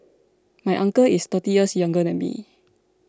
my uncle is thirty years younger than me